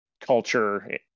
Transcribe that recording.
Culture